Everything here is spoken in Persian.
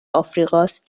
آفریقاست